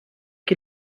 que